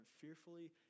fearfully